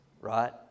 right